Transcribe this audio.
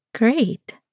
Great